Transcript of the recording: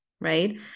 right